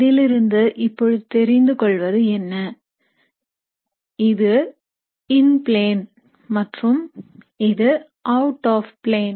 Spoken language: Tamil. இதிலிருந்து இப்பொழுது தெரிந்துகொள்வது என்ன இது இன் பிளேன் மற்றும் இது அவுட் ஆப் பிளேன்